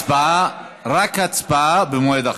הצבעה, רק הצבעה, במועד אחר.